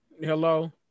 Hello